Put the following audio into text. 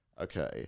Okay